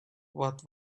what